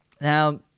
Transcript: now